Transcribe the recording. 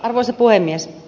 arvoisa puhemies